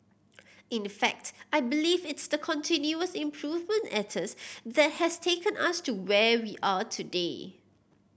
in fact I believe it's the continuous improvement ethos that has taken us to where we are today